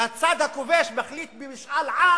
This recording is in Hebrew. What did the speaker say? שהצד הכובש מחליט במשאל עם